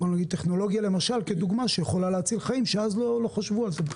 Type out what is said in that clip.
הטכנולוגיה למשל כדוגמה שיכולה להציל חיים שאז לא חשבו על זה בכלל.